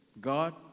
God